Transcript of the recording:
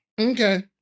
Okay